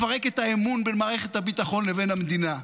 לפרק את האמון בין מערכת הביטחון לבין המדינה,